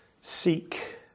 Seek